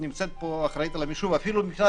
ונמצאת פה האחראית על המחשוב אפילו מבחינה